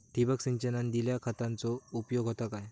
ठिबक सिंचनान दिल्या खतांचो उपयोग होता काय?